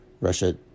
Russia